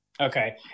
Okay